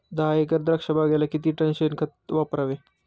दहा एकर द्राक्षबागेला किती टन शेणखत वापरावे?